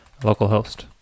localhost